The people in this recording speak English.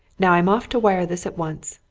now i'm off to wire this at once.